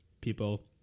people